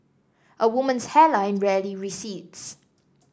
a woman's hairline rarely recedes